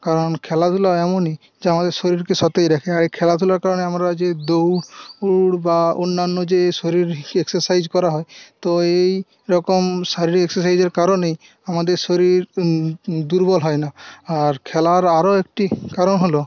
কারণ খেলাধুলা এমনই যা আমাদের শরীরকে সতেজ রাখে আর এই খেলাধুলার কারণে আমরা যে দৌড় বা অন্যান্য যে শরীর এক্সসারসাইজ করা হয় তো এই রকম শারীরিক এক্সসারসাইজের কারণেই আমদের শরীর দুর্বল হয়না আর খেলার আরো একটি কারণ হল